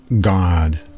God